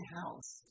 house